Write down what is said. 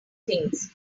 things